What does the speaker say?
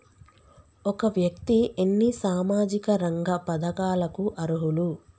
ఒక వ్యక్తి ఎన్ని సామాజిక రంగ పథకాలకు అర్హులు?